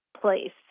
place